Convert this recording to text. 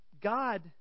God